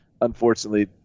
unfortunately